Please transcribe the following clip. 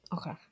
okay